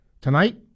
Tonight